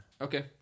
Okay